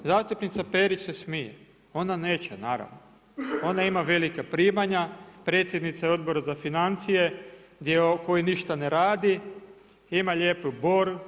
Zastupnica Perić se smije, ona neće naravno, ona ima velika primanja, predsjednica je Odbora za financije koji ništa ne radi, ima lijepi bor.